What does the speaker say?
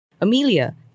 Amelia